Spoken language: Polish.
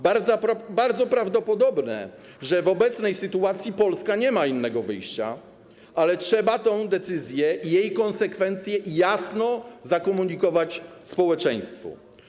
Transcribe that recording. Bardzo prawdopodobne, że w obecnej sytuacji Polska nie ma innego wyjścia, ale trzeba tę decyzję i jej konsekwencje jasno zakomunikować społeczeństwu.